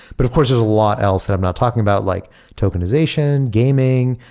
but of course there's a lot else that i'm not talking about like tokenization, gaming,